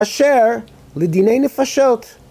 אשר לדיני נפשות.